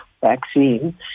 vaccine